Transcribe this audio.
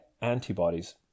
antibodies